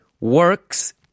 works